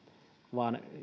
vaan